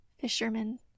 Fishermen